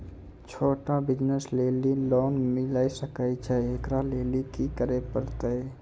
छोटा बिज़नस लेली लोन मिले सकय छै? एकरा लेली की करै परतै